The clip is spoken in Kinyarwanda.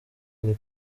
buri